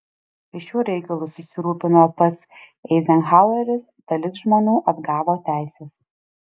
kai šiuo reikalu susirūpino pats eizenhaueris dalis žmonių atgavo teises